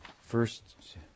first